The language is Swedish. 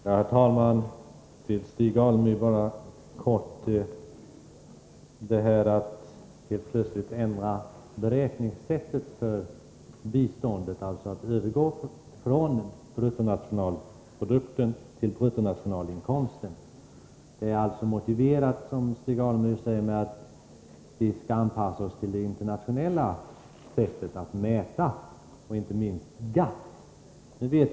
Herr talman! Till Stig Alemyr vill jag helt kort säga att ändringen av beräkningsbas för biståndet från bruttonationalprodukt till bruttonationalinkomst, som Stig Alemyr säger, motiveras med att vi skall anpassa oss till det internationella sättet att mäta, inte minst inom GATT.